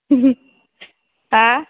हा